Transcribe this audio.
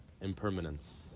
Impermanence